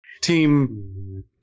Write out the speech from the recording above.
Team